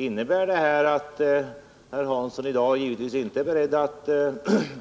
Herr Persson är i dag givetvis inte beredd att